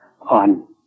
on